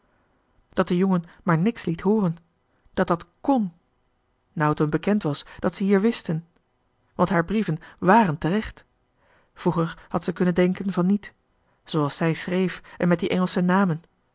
dat de jongen maar niks liet hooren dat dat kn nou t um bekend was dat ze hier wisten want haar brieven wàren terecht vroeger had ze kunnen denken van niet zooals zij schreef en die engelsche namen